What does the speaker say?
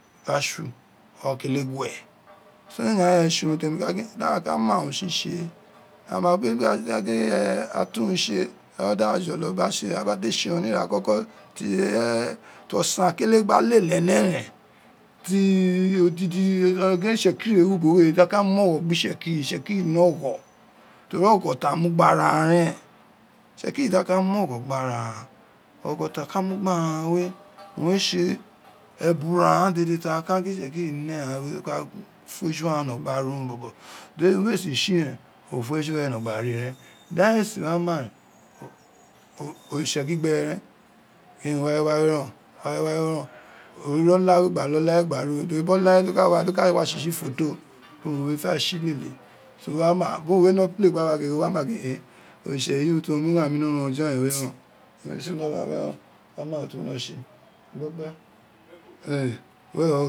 Ta tsu owua a kele gwe so ighan re owun mo gin da ma urun tsitse or da jolo gba tse ni a te tse unun ni ira koko ti ireye ti osan kile gba lele ene to odidi gin itsekiri e wi ubowe daka mu ogho gbe itsekeri itsekri ne ogho teri ogho ti a mu gbe ara aghan re itsekeiri daka ma ogho gbe ara aghan ogho ti aka mu gbe ara aghan ogho ti aka mu gbe ara aghan we owun re tse ebura ghan we ta ka gin tse keri ne ku fun eji a ghanno gba ri urun bobo teri duesi tse ren o fun eju re no gbabri ren daghan ee si a ma ren oriste gingbe re ren gin wawe ren wawe wawe ren wo lola gba lola gba ri ren eyi biri ola we nogba wa nogba wa nogba wa tsitsi ifoto owru re fe tsi lele biri uriun we nogba kpe gba wa gege wo wa ma gigin e oritse eyi urun to wo mu ghan mi ni onu ojooren we ren wo wa ma urun ti wo wino gba